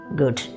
good